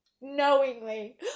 Knowingly